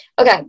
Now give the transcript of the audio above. Okay